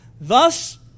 Thus